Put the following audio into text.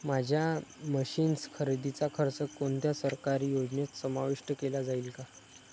माझ्या मशीन्स खरेदीचा खर्च कोणत्या सरकारी योजनेत समाविष्ट केला जाईल का?